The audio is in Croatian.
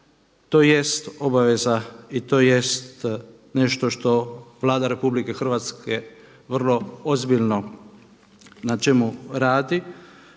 tj. obaveza i tj. nešto što Vlada RH vrlo ozbiljno na čemu radi,